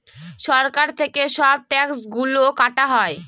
সরকার থেকে সব ট্যাক্স গুলো কাটা হয়